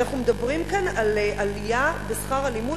אנחנו מדברים כאן על עלייה בשכר הלימוד